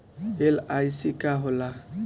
LIC का होला?